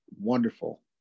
wonderful